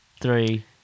three